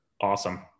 Awesome